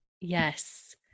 Yes